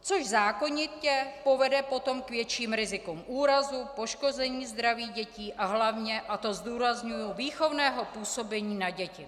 To zákonitě povede potom k větším rizikům úrazů, poškození zdraví dětí a hlavně, a to zdůrazňuji, výchovného působení na děti.